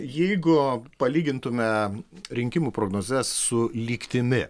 jeigu palygintume rinkimų prognozes su lygtimi